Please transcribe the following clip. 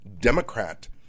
Democrat